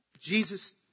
Jesus